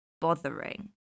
bothering